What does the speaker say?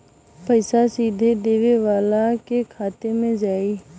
पइसा सीधे देवे वाले के खाते में जाई